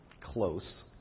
close